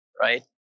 right